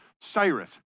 Cyrus